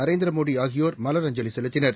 நரேந்திர மோடி ஆகியோர் மலர் அஞ்சலி செலுத்தினர்